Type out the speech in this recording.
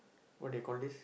what they call this